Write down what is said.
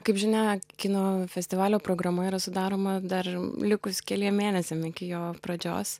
kaip žinia kino festivalio programa yra sudaroma dar likus keliem mėnesiam iki jo pradžios